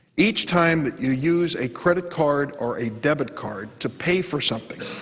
each time that you use a credit card or a debit card to pay for something,